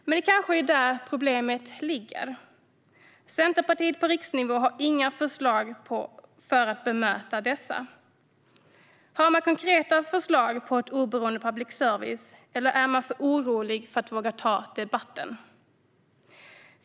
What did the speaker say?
Men det är kanske där problemet ligger. Centerpartiet på riksnivå har inga förslag för att bemöta dessa problem. Har man konkreta förslag på ett oberoende public service, eller är man för orolig för att våga ta debatten?